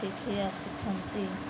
ଏଠିକି ଆସିଛନ୍ତି